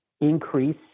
increase